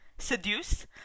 Seduce